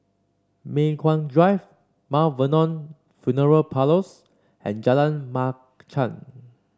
Mei Hwan Drive Mount Vernon Funeral Parlours and Jalan Machang